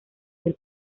del